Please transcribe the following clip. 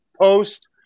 post-